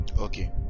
Okay